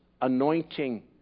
anointing